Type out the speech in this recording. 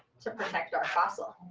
to protect our fossil.